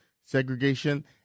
segregation